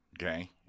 okay